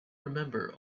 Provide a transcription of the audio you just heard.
remember